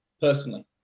personally